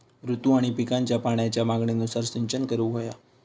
ऋतू आणि पिकांच्या पाण्याच्या मागणीनुसार सिंचन करूक व्हया